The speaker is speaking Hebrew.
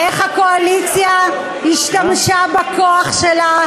איך הקואליציה השתמשה בכוח שלה,